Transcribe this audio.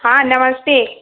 हाँ नमस्ते